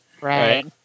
Right